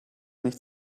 nicht